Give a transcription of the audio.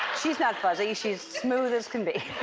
she's not fuzzy, she's smooth as can be.